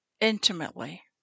intimately